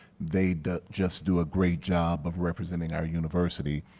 they just do a great job of representing our university.